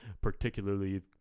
particularly